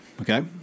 Okay